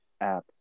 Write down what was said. app